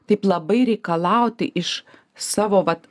taip labai reikalauti iš savo vat